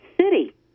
city